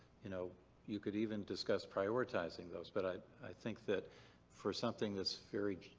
you know you could even discuss prioritizing those, but i i think that for something that's very,